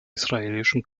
israelischen